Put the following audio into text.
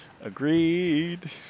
Agreed